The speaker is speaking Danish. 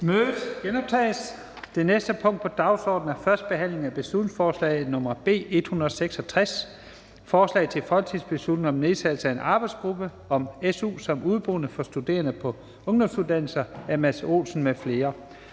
(Kl. 18:09). --- Det næste punkt på dagsordenen er: 5) 1. behandling af beslutningsforslag nr. B 166: Forslag til folketingsbeslutning om nedsættelse af en arbejdsgruppe om su som udeboende for studerende på ungdomsuddannelser. Af Mads Olsen (SF) m.fl.